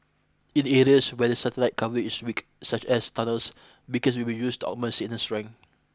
in areas where the satellite coverage is weak such as tunnels beacons will be used augment signal strength